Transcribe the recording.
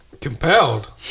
Compelled